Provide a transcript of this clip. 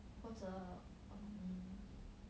或者 um